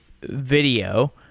video